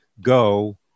go